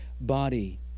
body